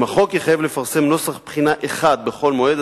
אם החוק יחייב לפרסם נוסח בחינה אחד בכל מועד,